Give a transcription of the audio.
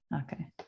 Okay